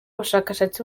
bushakshatsi